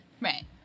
Right